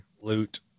loot